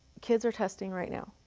kids are testing right now.